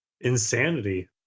Insanity